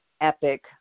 epic